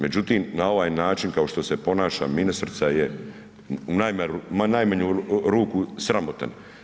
Međutim, na ovaj način kao što se ponaša ministrica je u najmanju ruku sramotan.